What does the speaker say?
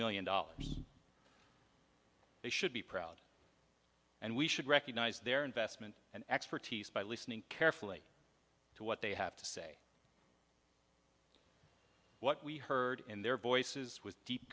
million dollars they should be proud and we should recognize their investment and expertise by listening carefully to what they have to say what we heard in their voices with deep